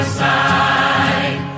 side